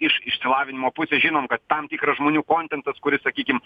iš išsilavinimo pusės žinom kad tam tikras žmonių kontentas kuris sakykim